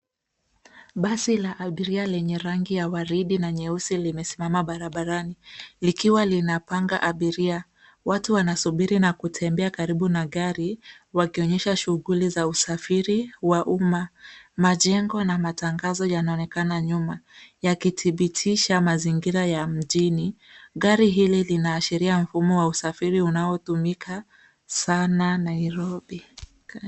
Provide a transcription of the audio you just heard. basi la abiria lenye rangi ya waridi na nyeusi limesimama barabarani likiwa linapanga abiria. Watu wanasuburi na kutembea karibu na gari wakionyesha shughuli za usafiri wa umma, majengo na matangazo yanaonekana nyuma yakidhibitisha mazingira ya mjini. Gari hili linaashiria mfumo wa ushafiri unaotumika sana Nairobi.